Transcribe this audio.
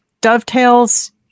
dovetails